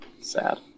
Sad